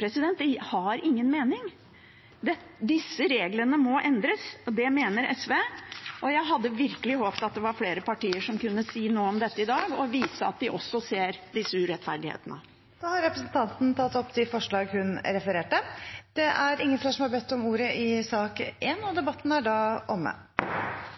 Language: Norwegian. Det har ingen mening. Disse reglene må endres. Det mener SV, og jeg hadde virkelig håpet at det var flere partier som kunne si noe om dette i dag, og vise at de også ser disse urettferdighetene. Representanten Karin Andersen har tatt opp de forslagene hun refererte til. Flere har ikke bedt om ordet til sak nr. 1. La meg på vegne av en enstemmig komité gi noen få merknader. Det er